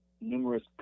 numerous